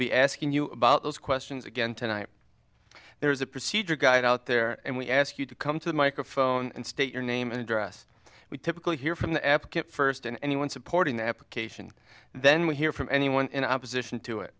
be asking you about those questions again tonight there is a procedure guide out there and we ask you to come to the microphone and state your name and address we typically hear from the applicant first and anyone supporting the application then we hear from anyone in opposition to it